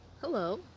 Hello